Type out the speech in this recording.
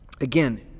Again